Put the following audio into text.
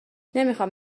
نمیخوام